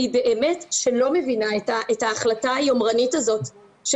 אני באמת שלא מבינה את ההחלטה היומרנית הזאת של